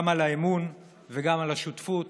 גם על האמון וגם על השותפות